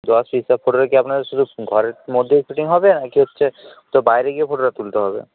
দশ পিস তা ফটোটা কি আপনাদের শুধু ঘরের মধ্যেই শ্যুটিং হবে না কি হচ্ছে বাইরে গিয়ে ফটোটা তুলতে হবে